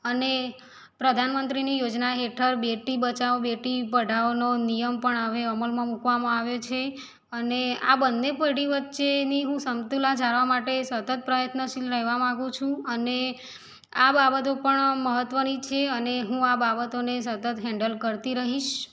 અને પ્રધાનમંત્રીની યોજના હેઠળ બેટી બચાઓ બેટી પઢાઓનો નિયમ પણ હવે અમલમાં મૂકવામાં આવે છે અને આ બંને પેઢી વચ્ચેની હું સમતુલા જાળવવા માટે સતત પ્રયત્નશીલ રહેવા માગું છું અને આ બાબતો પણ મહત્ત્વની છે અને હું આ બાબતોને સતત હેન્ડલ કરતી રહીશ